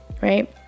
right